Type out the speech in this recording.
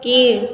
கீழ்